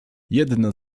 jedna